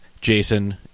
Jason